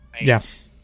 Yes